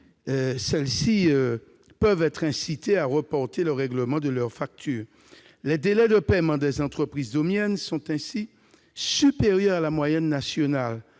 Celles-ci peuvent être incitées à reporter le règlement de leurs factures. Les délais de paiement des entreprises domiennes sont ainsi supérieurs à la moyenne nationale